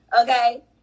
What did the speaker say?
Okay